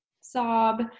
sob